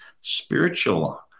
spiritual